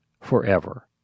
forever